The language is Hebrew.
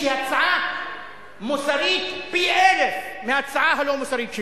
שהיא הצעה מוסרית פי-אלף מההצעה הלא-מוסרית שלו.